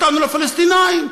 נתנו לפלסטינים,